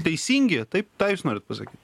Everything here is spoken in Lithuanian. teisingi taip tą jūs norit pasakyt